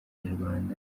inyarwanda